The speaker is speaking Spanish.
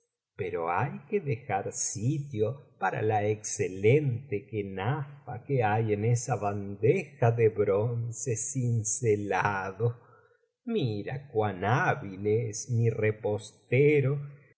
hay que dejar sitio para la excelente kenafa que hay en esa bandeja de bronce cincelado mira cuan hábil es mi repostero